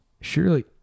Surely